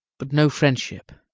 but no friendship.